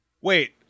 Wait